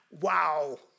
Wow